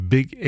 Big